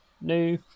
new